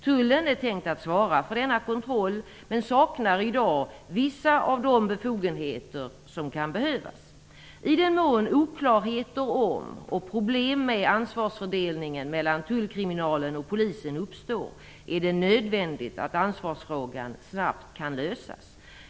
Tullen är tänkt att svara för denna kontroll men saknar i dag vissa av de befogenheter som kan behövas. I den mån oklarheter om och problem med ansvarsfördelningen mellan tullkriminalen och polisen uppstår är det nödvändigt att ansvarsfrågan snabbt kan lösas.